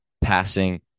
passing